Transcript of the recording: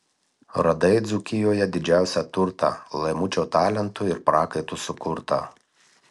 radai dzūkijoje didžiausią turtą laimučio talentu ir prakaitu sukurtą